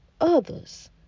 others